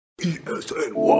E-S-N-Y